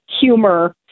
humor